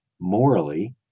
morally